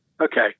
okay